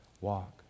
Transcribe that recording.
walk